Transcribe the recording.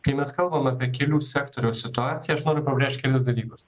kai mes kalbam apie kelių sektoriaus situaciją aš noriu pabrėžt kelis dalykus